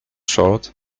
short